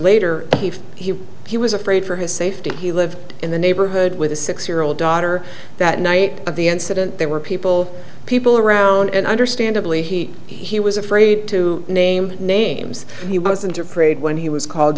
later he he was afraid for his safety he lived in the neighborhood with a six year old daughter that night of the incident there were people people around and understandably he he was afraid to name names he wasn't afraid when he was called